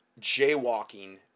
Jaywalking